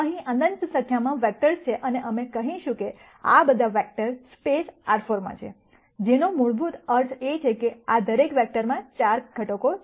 અહીં અનંત સંખ્યામાં વેક્ટર્સ છે અને અમે કહીશું કે આ બધા વેક્ટર સ્પેસ R 4 માં છે જેનો મૂળભૂત અર્થ એ છે કે આ દરેક વેક્ટરમાં 4 ઘટકો છે